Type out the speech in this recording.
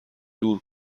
دور